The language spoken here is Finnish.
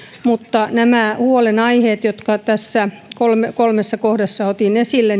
mutta valiokunta pitää tärkeänä että seurataan näitä huolenaiheita jotka kolmessa kohdassa otin esille